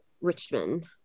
Richmond